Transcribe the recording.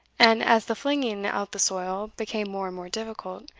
and as the flinging out the soil became more and more difficult,